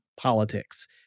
politics